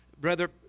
Brother